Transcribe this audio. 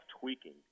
tweaking